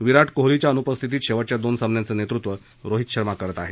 विराट कोहलीच्या अनुपस्थितीत शेवटच्या दोन सामन्यांचं नेतृत्व रोहित शर्मा करत आहे